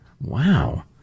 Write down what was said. Wow